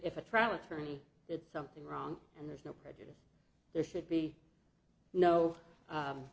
if a trial attorney did something wrong and there's no prejudice there should be no